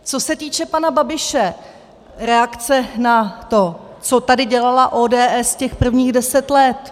Co se týče pana Babiše, reakce na to, co tady dělala ODS těch prvních deset let.